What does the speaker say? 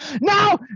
Now